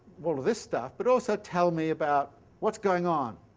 all of this stuff, but also tell me about what's going on?